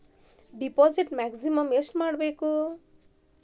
Deposit maximum ಎಷ್ಟು ಮಾಡಬೇಕು?